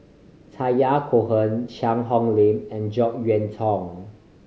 Cohen Cheang Hong Lim and Jek Yeun Thong